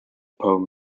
poe